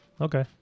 okay